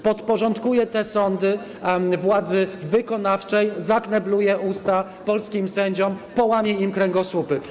Podporządkuje te sądy władzy wykonawczej, zaknebluje usta polskim sędziom, połamie im kręgosłupy.